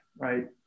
right